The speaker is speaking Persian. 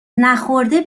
نخورده